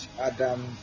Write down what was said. adam